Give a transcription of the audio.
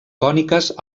còniques